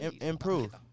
Improve